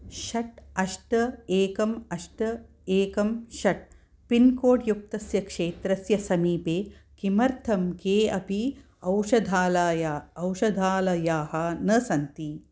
षट् अष्ट एकम् अष्ट एकम् षट् पिन्कोड् युक्तस्य क्षेत्रस्य समीपे किमर्थं के अपि औषधालयः औषधालयाः न सन्ति